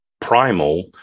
Primal